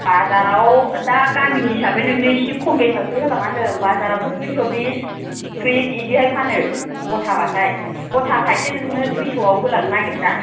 बाजाराव दा गामिनि हिसाबै नोंनो एसे खम बेसआवसो होलाङा होन्दों बाजारावथ' दुइछ' बिस थ्रिस बिदिहाय फानो गथाबाथाय गथाखायसो नोंनो दुइछ'आव होलांनो नागिरदां